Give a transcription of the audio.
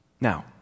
Now